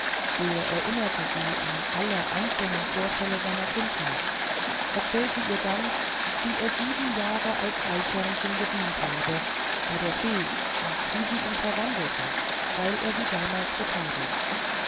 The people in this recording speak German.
er erinnerte sie an alle einzelnen vorfälle seiner kindheit erzählte ihr dann wie er sieben jahre als eichhörnchen gedient habe bei der fee und wie sie ihn verwandelte weil er sie damals